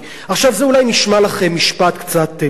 זה אולי נשמע לכם משפט קצת מופשט,